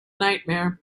nightmare